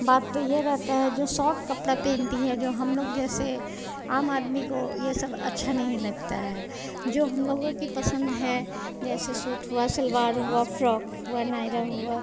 बात तो यह रहती है जो सॉर्ट कपड़े पहनती है जो हम लोग जैसे आम आदमी को यह सब अच्छा नहीं लगता है जो हम लोगों की पसंद है जैसे सूट हुआ सलवार हुआ फ्रॉक हुआ नायरा हुआ